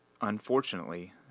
Unfortunately